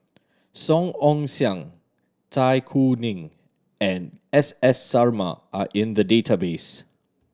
Song Ong Siang Zai Kuning and S S Sarma are in the database